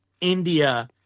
india